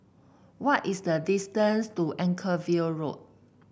what is the distance to Anchorvale Road